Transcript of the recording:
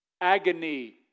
Agony